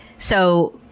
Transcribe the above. so,